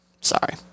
Sorry